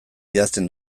idazten